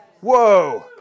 Whoa